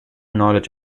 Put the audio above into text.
knowledge